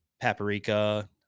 paprika